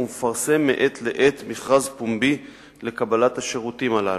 ומפרסם מעת לעת מכרז פומבי לקבלת השירותים הללו.